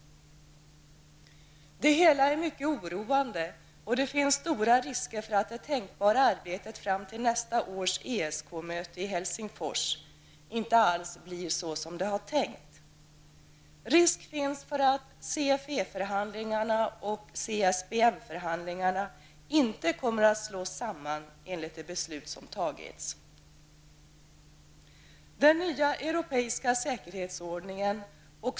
Det hela är mycket oroande, och det finns stora risker för att arbetet fram till nästa års ESK-möte i Helsingfors inte alls blir så som det var tänkt. Risk finns för att CFE och CSBM-förhandlingarna inte kommer att slås samman enligt det beslut som fattats.